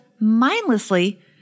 mindlessly